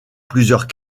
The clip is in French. plusieurs